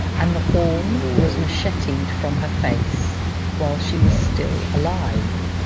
and the horn was macheted from her face while she was still alive.